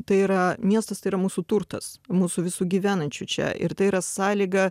tai yra miestas tai yra mūsų turtas mūsų visų gyvenančių čia ir tai yra sąlyga